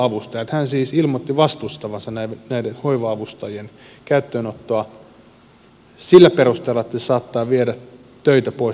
hän siis ilmoitti vastustavansa näiden hoiva avustajien käyttöönottoa sillä perusteella että se saattaa viedä töitä pois lähihoitajalta